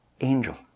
angel